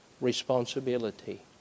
responsibility